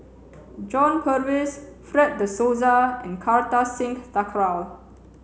john Purvis Fred De Souza and Kartar Singh Thakral